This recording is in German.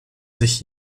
sich